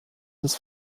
des